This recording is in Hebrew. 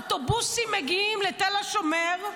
אוטובוסים מגיעים לתל השומר,